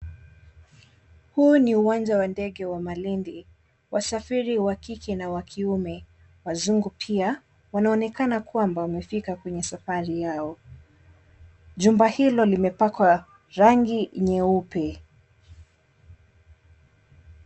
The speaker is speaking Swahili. Huu ni uwanja wa ndege wa Malindi wasafiri wakike na wakiume, wazungu pia wanaonekana kwamba wamefika kwenye safari yao, jumba hilo limepakwa rangi nyeupe.